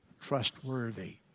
trustworthy